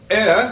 air